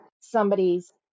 somebody's